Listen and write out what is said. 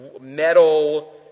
metal